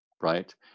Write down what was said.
right